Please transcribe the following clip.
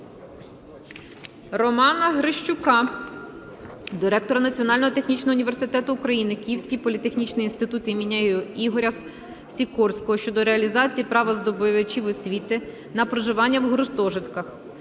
Романа Грищука до Ректора Національного технічного університету України "Київський політехнічний інститут імені Ігоря Сікорського" щодо реалізації права здобувачів освіти на проживання в гуртожитках.